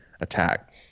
attack